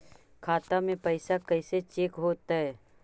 खाता में पैसा कैसे चेक हो तै?